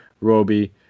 Roby